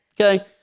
okay